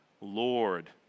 Lord